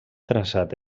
traçat